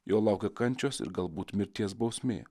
jo laukia kančios ir galbūt mirties bausmė